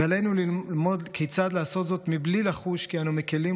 עלינו ללמוד כיצד לעשות זאת בלי לחוש כי אנו מקילים,